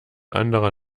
anderer